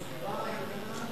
אני מתכבד לפתוח את ישיבת הכנסת